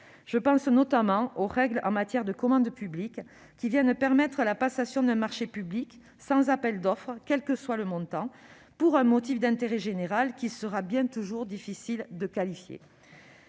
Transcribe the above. Je pense notamment aux règles en matière de commande publique qui permettent la passation d'un marché public sans appel d'offre, quel que soit le montant, pour un motif d'intérêt général qu'il sera toujours bien difficile de qualifier.